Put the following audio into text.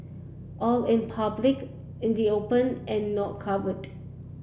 all in public in the open and not covered